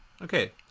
Okay